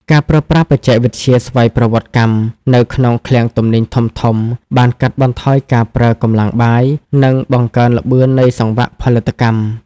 ការប្រើប្រាស់បច្ចេកវិទ្យាស្វ័យប្រវត្តិកម្ម នៅក្នុងឃ្លាំងទំនិញធំៗ បានកាត់បន្ថយការប្រើកម្លាំងបាយ និងបង្កើនល្បឿននៃសង្វាក់ផលិតកម្ម។